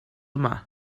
yma